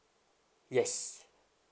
yes